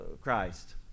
Christ